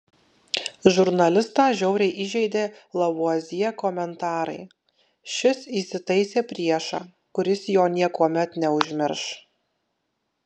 žurnalistą žiauriai įžeidė lavuazjė komentarai šis įsitaisė priešą kuris jo niekuomet neužmirš